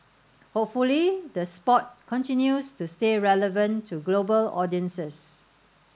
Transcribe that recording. hopefully the sport continues to stay relevant to global audiences